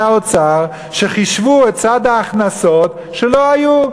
האוצר שחישבו את צד ההכנסות שלא היו.